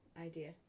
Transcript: idea